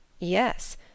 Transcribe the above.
Yes